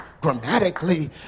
grammatically